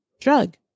drug